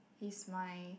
he's my